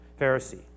Pharisee